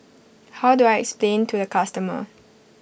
how do I explain to the customer